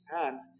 hands